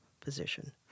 position